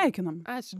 sveikinam ačiū